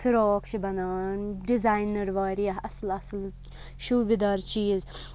frock چھِ بَناوان designer واریاہ اَصٕل اَصٕل شوٗبِدار چیٖز